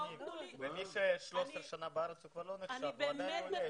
ומי ש-13 שנים הוא כבר לא נחשב והוא עדיין עולה,